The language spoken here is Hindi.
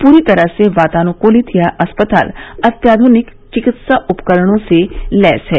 पूरी तरह से वातानुकूलित यह अस्पताल अत्याधुनिक चिकित्सा उपकरणों से लैस है